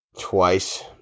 twice